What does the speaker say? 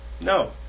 No